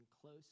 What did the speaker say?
close